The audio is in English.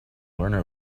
learner